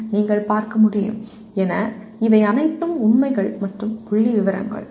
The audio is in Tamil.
Cs நீங்கள் பார்க்க முடியும் என இவை அனைத்தும் உண்மைகள் மற்றும் புள்ளிவிவரங்கள்